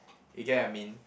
you get I mean